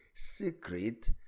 secret